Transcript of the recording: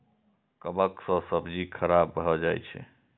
कवक सं सब्जी खराब भए जाइ छै